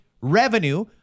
revenue